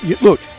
look